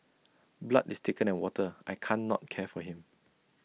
blood is thicker than water I can't not care for him